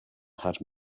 had